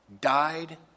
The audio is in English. died